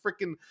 freaking